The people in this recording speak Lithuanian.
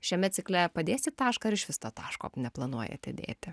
šiame cikle padėsit tašką ir išvis to taško neplanuojate dėti